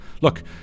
Look